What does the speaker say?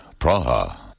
Praha